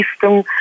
system